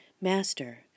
Master